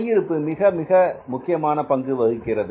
கையிருப்பு மிக மிக முக்கியமான பங்குவகிக்கிறது